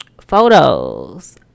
photos